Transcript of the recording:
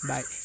Bye